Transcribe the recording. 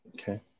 Okay